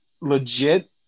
Legit